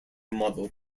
model